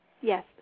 Yes